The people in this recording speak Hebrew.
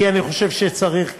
כי אני חושב שצריך כן,